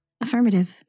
Affirmative